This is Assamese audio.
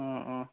অঁ অঁ